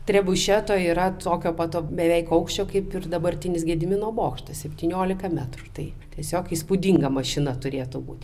trebušeto yra tokio pat beveik aukščio kaip ir dabartinis gedimino bokšte septyniolika metrų tai tiesiog įspūdinga mašina turėtų būti